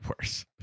worse